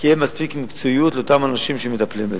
כי אין מספיק מקצועיות אצל אותם אנשים שמטפלים בזה.